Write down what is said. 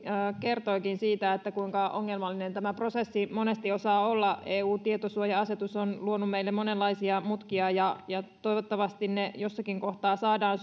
kertoikin siitä kuinka ongelmallinen tämä prosessi monesti osaa olla eun tietosuoja asetus on luonut meille monenlaisia mutkia ja ja toivottavasti ne jossakin kohtaa saadaan